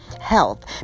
Health